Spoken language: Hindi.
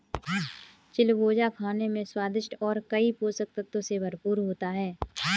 चिलगोजा खाने में स्वादिष्ट और कई पोषक तत्व से भरपूर होता है